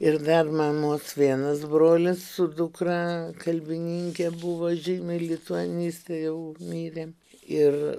ir dar mamos vienas brolis su dukra kalbininkė buvo žymi lituanistė jau mirė ir